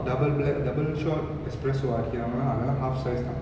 double double shot espresso அடிக்கிறவங்க அதலாம்:adikkiravanga athalam half size தான்:than